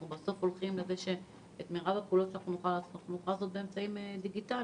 בסוף אנחנו הולכים לזה שאת מירב הפעולות נוכל לעשות באמצעים דיגיטליים.